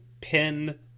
pen